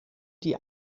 die